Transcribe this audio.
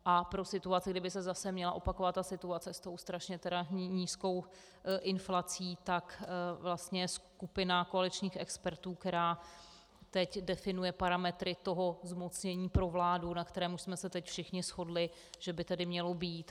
A pro situaci, kdy by se zase měla opakovat situace s tou strašně nízkou inflací, tak vlastně skupina koaličních expertů, která teď definuje parametry toho zmocnění pro vládu, na kterém už jsme se teď všichni shodli, že by mělo být.